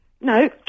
No